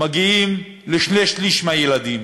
מגיעים לשני-שלישים מהילדים,